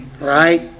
Right